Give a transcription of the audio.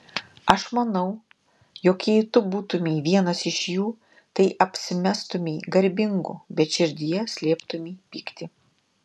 aš manau jog jei tu būtumei vienas iš jų tai apsimestumei garbingu bet širdyje slėptumei pyktį